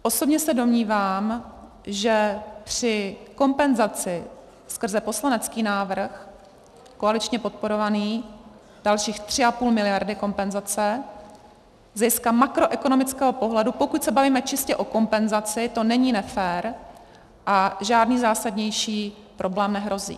Osobně se domnívám, že při kompenzaci skrze poslanecký návrh koaličně podporovaný, dalších 3,5 mld. kompenzace z hlediska makroekonomického pohledu, pokud se bavíme čistě o kompenzaci, to není nefér a žádný zásadnější problém nehrozí.